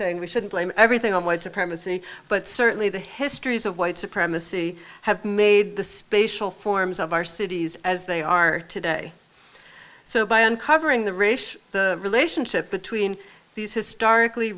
saying we shouldn't blame everything on white supremacy but certainly the histories of white supremacy have made the spatial forms of our cities as they are today so by uncovering the race the relationship between these historically